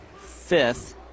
fifth